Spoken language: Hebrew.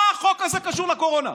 מה החוק הזה קשור לקורונה?